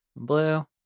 Blue